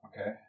Okay